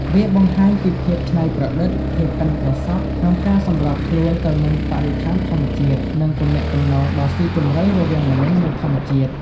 វាបង្ហាញពីភាពច្នៃប្រឌិត ភាពប៉ិនប្រសប់ក្នុងការសម្របខ្លួនទៅនឹងបរិស្ថានធម្មជាតិ និងទំនាក់ទំនងដ៏ស៊ីជម្រៅរវាងមនុស្ស និងធម្មជាតិ។